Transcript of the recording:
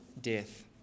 death